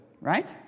Right